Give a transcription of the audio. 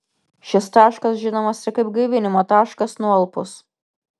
šis taškas žinomas ir kaip gaivinimo taškas nualpus